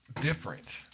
Different